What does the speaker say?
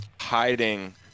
hiding